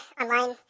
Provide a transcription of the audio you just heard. online